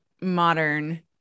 modern